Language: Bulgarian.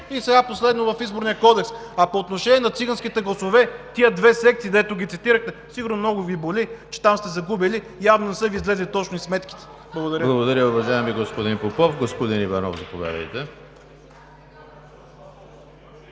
и сега, последно, в Изборния кодекс. А по отношение на циганските гласове – тези две секции, където ги цитирахте, сигурно много Ви боли, че там сте загубили. Явно, не са Ви излезли точни сметките! Благодаря.